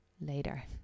later